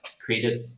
creative